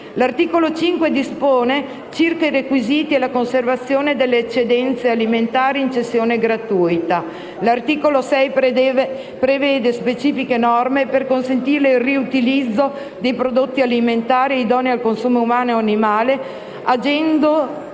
L'articolo 5 dispone circa i requisiti e la conservazione delle eccedenze alimentari in cessione gratuita. L'articolo 6 prevede specifiche norme per consentire il riutilizzo dei prodotti alimentari idonei al consumo umano o animale oggetto